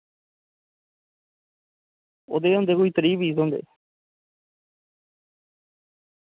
ओह्दे च होंदे कोई त्रीह् पीस होंदे